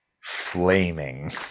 flaming